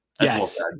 Yes